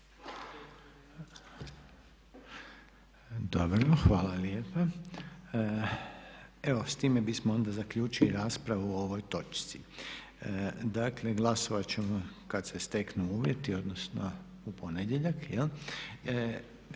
Dobro, hvala lijepa. Evo s time bismo onda zaključili raspravu o ovoj točci. Dakle, glasovat ćemo kad se steknu uvjeti odnosno u ponedjeljak.